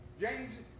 James